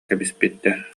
кэбиспиттэр